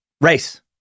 Race